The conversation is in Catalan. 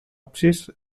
absis